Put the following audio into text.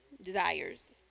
desires